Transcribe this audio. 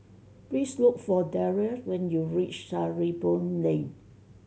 please look for Daryle when you reach Sarimbun Lane